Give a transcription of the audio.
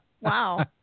wow